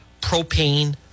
propane